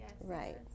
Right